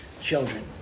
children